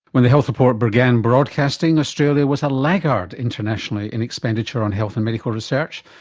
when the health report began broadcasting, australia was a laggard internationally in expenditure on health and medical research,